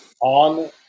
on